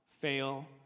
fail